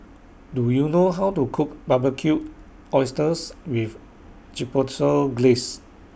Do YOU know How to Cook Barbecued Oysters with Chipotle Glaze